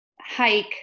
hike